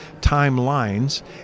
timelines